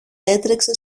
έτρεξε